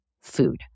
food